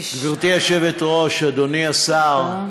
גברתי היושבת-ראש, אדוני השר,